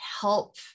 help